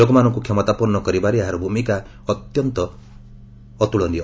ଲୋକମାନଙ୍କୁ କ୍ଷମତାପନ୍ନ କରିବାରେ ଏହାର ଭୂମିକା ମଧ୍ୟ ଅତୁଳନୀୟ